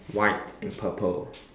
white and purple